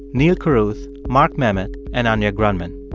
neal carruth, mark memmott and anya grundmann